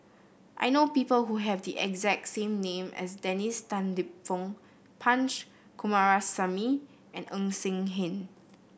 I know people who have the exact same name as Dennis Tan Lip Fong Punch Coomaraswamy and Ng Eng Hen